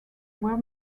were